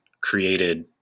created